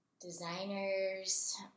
designers